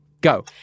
go